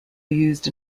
used